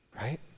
right